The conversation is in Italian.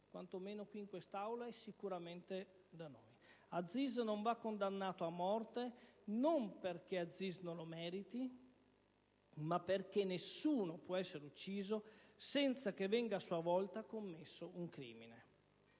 quantomeno da noi in quest'Aula. Aziz non va condannato a morte e non perché non lo meriti, ma perché nessuno può essere ucciso senza che venga a sua volta commesso un crimine.